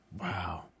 Wow